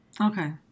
Okay